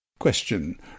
Question